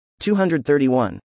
231